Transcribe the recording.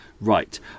Right